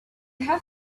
have